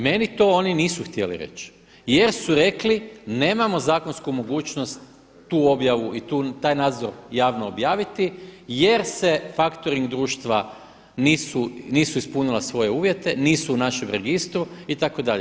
Meni oni to nisu htjeli reći jer su rekli nemamo zakonsku mogućnost tu objavu i taj nadzor javno objaviti jer se faktoring društva nisu ispunila svoje uvjete, nisu u našem registru itd.